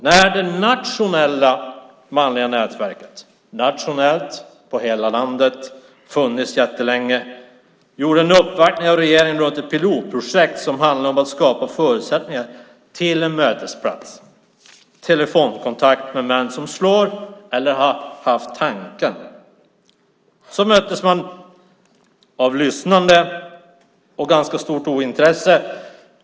När det nationella manliga nätverket, som är nationellt och har funnits jättelänge, gjorde en uppvaktning av regeringen om ett pilotprojekt som handlade om att skapa förutsättningar för en mötesplats och telefonkontakt med män som slår eller som har haft tanken, möttes man av lyssnande och ganska stort ointresse.